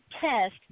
test